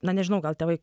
na nežinau gal tėvai